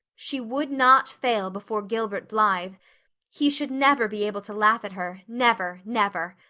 she would not fail before gilbert blythe he should never be able to laugh at her, never, never!